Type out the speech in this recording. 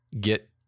get